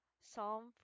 Psalm